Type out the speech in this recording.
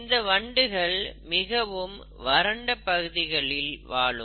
இந்த வண்டுகள் மிகவும் வறண்ட பகுதிகளில் வாழும்